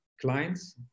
clients